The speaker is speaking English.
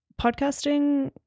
Podcasting